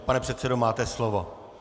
Pane předsedo, máte slovo.